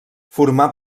formà